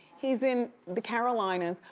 he's in the carolinas,